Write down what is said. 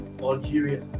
Algeria